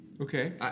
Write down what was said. Okay